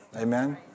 Amen